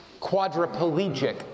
quadriplegic